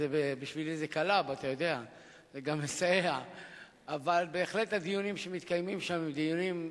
זה נושא שחוצה דעות ומפלגות והשתייכויות למיניהן,